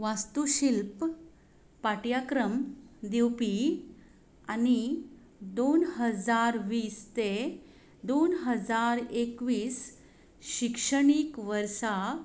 वास्तुशिल्प पाठ्यक्रम दिवपी आनी दोन हजार वीस ते दोन हजार एकवीस शिक्षणीक वर्सा